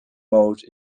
mode